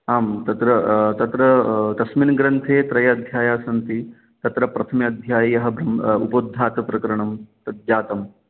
आम् तत्र तत्र तस्मिन् ग्रन्थे त्रयः अध्यायाः सन्ति तत्र प्रथमे अध्याये यः ब्र्ह् उपोद्घातप्रकरणं तद् जातं